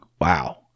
Wow